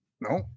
No